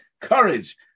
courage